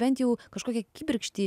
bent jau kažkokį kibirkštį